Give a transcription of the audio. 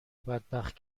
بدبخت